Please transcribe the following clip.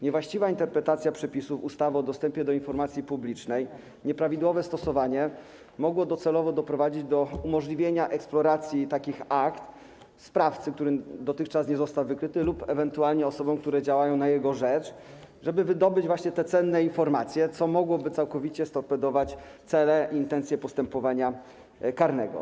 Niewłaściwa interpretacja przepisów ustawy o dostępie do informacji publicznej, nieprawidłowe stosowanie mogło docelowo doprowadzić do umożliwienia eksploracji takich akt sprawcy, który dotychczas nie został wykryty, lub ewentualnie osobom, które działają na jego rzecz, żeby wydobyć właśnie te cenne informacje, co mogłoby całkowicie storpedować cele i intencje postępowania karnego.